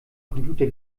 computer